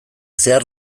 zehar